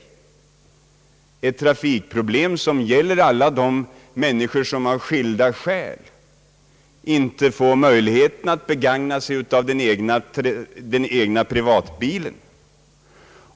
Detta trafikproblem gäller alla de människor som av skilda skäl inte har möjlighet att begagna sig av egen personbil.